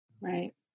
Right